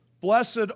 blessed